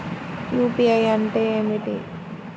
UPI అంటే ఏమిటి?